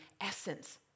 essence